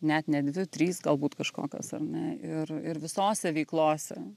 net ne dvi trys galbūt kažkokios ar ne ir ir visose veiklose